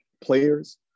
Players